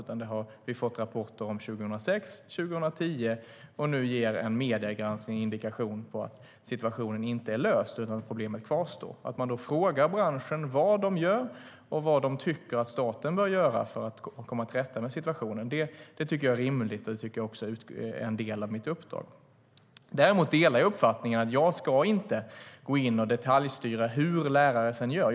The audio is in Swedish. Vi har fått rapporter 2006 och 2010, och nu ger en mediegranskning en indikation på att situationen inte är löst utan att problemet kvarstår. Att man då frågar branschen vad de gör och vad de tycker att staten bör göra för att komma till rätta med situationen tycker jag är rimligt och en del av mitt uppdrag. Däremot delar jag uppfattningen att jag inte ska gå in och detaljstyra hur lärare sedan gör.